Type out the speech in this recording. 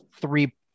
three